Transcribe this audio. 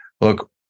look